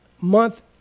month